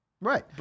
Right